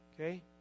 Okay